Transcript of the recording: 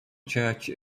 church